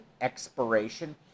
expiration